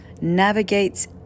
navigates